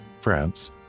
France